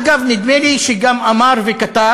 אגב, נדמה לי שהוא גם אמר וכתב